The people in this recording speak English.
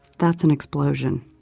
that's an explosion.